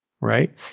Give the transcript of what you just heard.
right